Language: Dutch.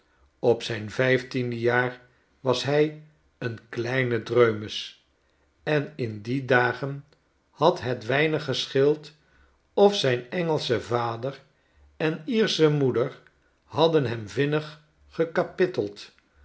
op zijn vijftiende jaar was hij een kleine dreumes en in die dagen had het weinig gescheeld of zijn engelsche vader en iersche moeder hadden hem vinnig gekapitteld